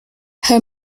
her